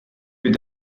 mit